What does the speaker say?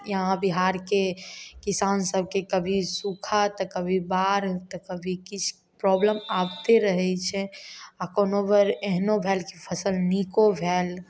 यहाँ बिहारके किसानसभकेँ कभी सूखा तऽ कभी बाढ़ि तऽ कभी किछु प्रॉब्लम आबिते रहै छै आओर कोनो बेर एहनो भेल कि फसिल नीको भेल